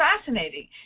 fascinating